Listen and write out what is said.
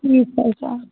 नहीं पैसा